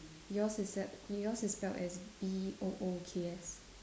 yours is se~ yours is spelt as B O O K S